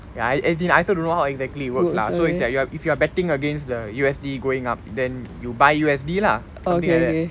ya as in I also don't know how exactly it works lah so it's like if if you are betting against the U_S_D going up then you buy U_S_D lah something like that